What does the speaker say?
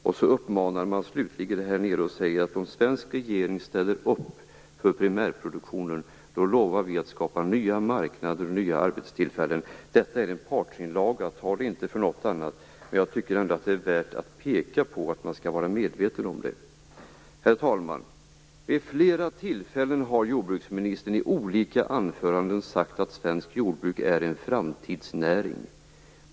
Slutligen har man med en uppmaning: Om den svenska regeringen ställer upp för primärproduktionen lovar man att skapa nya marknader och nya arbetstillfällen. Detta är en partsinlaga - ta det inte för något annat - men jag tycker ändå att det är värt att peka på att man skall vara medveten om detta. Herr talman! Vid flera tillfällen har jordbruksministern i olika anföranden sagt att svenskt jordbruk är en framtidsnäring.